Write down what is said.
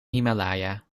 himalaya